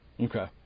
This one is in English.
Okay